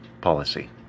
policy